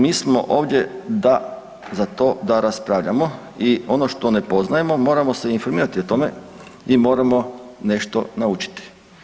Mi smo ovdje da za to da raspravljamo i ono što ne poznajemo moramo se informirati o tome i moramo nešto naučiti.